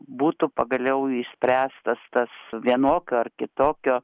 būtų pagaliau išspręstas tas vienokio ar kitokio